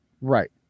Right